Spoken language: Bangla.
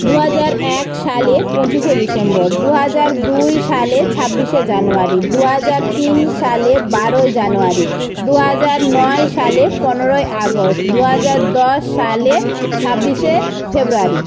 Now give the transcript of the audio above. দুহাজার এক সালে পঁচিশে ডিসেম্বর দুহাজার দুই সালে ছাব্বিশে জানুয়ারি দুহাজার তিন সালে বারোই জানুয়ারি দুহাজার নয় সালে পনেরোই আগস্ট দুহাজার দশ সালে ছাব্বিশে ফেব্রুয়ারি